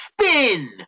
spin